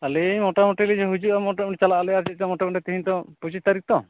ᱟᱹᱞᱤᱧ ᱢᱚᱴᱟᱢᱩᱴᱤ ᱞᱤᱧ ᱦᱤᱡᱩᱜᱼᱟ ᱪᱟᱞᱟᱜ ᱟᱞᱮ ᱟᱨ ᱪᱮᱫ ᱪᱚᱝ ᱢᱚᱴᱟᱢᱩᱴᱤ ᱛᱤᱦᱤᱧ ᱛᱚ ᱯᱚᱸᱪᱤᱥ ᱛᱟᱹᱨᱤᱠᱷ ᱛᱚ